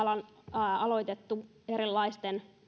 aloitettu erilaisten